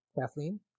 Kathleen